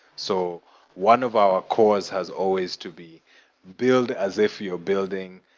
so one of our cause has always to be build as if you're building